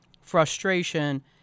frustration